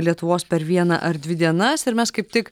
lietuvos per vieną ar dvi dienas ir mes kaip tik